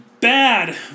bad